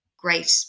great